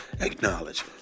acknowledge